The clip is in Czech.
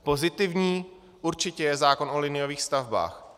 Pozitivní určitě je zákon o liniových stavbách.